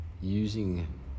using